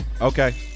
Okay